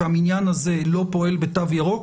שהמניין הזה לא פועל בתו ירוק,